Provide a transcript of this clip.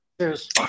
Cheers